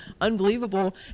unbelievable